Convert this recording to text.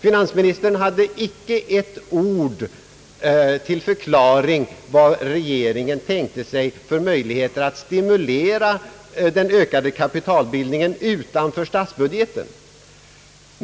Finansministern hade icke ett ord till förklaring om vilka möjligheter regeringen tänkte sig för att stimulera den ökade kapitalbildningen utanför statsbudgeten.